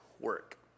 work